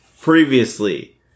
Previously